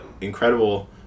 incredible